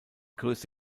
größte